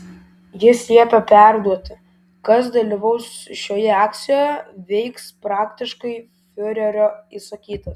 jis liepė perduoti kas dalyvaus šioje akcijoje veiks praktiškai fiurerio įsakytas